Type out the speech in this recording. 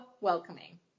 welcoming